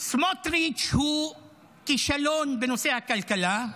סמוטריץ' הוא כישלון בנושא הכלכלה,